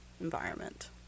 environment